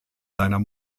seiner